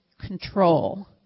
control